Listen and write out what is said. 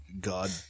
God